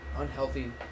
unhealthy